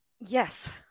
Yes